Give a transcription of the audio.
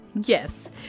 yes